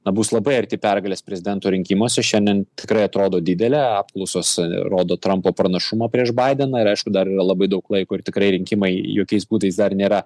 na bus labai arti pergalės prezidento rinkimuose šiandien tikrai atrodo didelė apklausos rodo trumpo pranašumą prieš baideną ir aišku dar yra labai daug laiko ir tikrai rinkimai jokiais būdais dar nėra